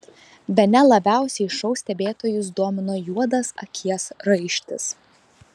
bene labiausiai šou stebėtojus domino juodas akies raištis